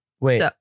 Wait